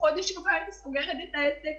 עוד שבועיים אני סוגרת את העסק,